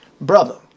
Brother